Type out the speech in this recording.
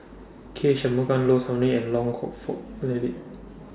K Shanmugam Low Sanmay and Hock Fong At that Day